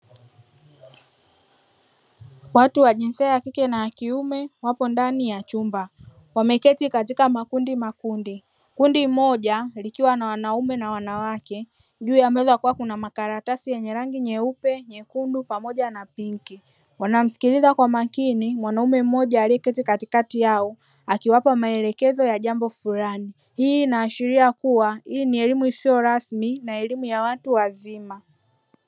Watu wa jinsia ya kike na ya kiume wapo ndani ya chumba wameketi katika makundimakundi, kundi moja likiwa na wanaume na wanawake, juu ya meza kukiwa na makaratasi yenye rangi nyeupe, nyekundu pamoja na pinki. Wanamsikiliza kwa makini mwanaume mmoja aliyeketi katikati yao akiwapa maelekezo ya jambo fulani. Hii inaashiria kuwa hii ni elimu isiyo rasmi na elimu ya watu wazima.